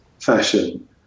Fashion